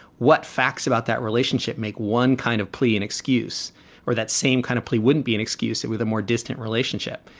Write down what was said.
what facts about that relationship make one kind of plea, an excuse or that same kind of plea wouldn't be an excuse it with a more distant relationship,